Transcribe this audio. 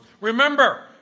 Remember